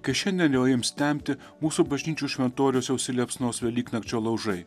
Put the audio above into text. kai šiandien jau ims temti mūsų bažnyčių šventoriuose užsiliepsnos velyknakčio laužai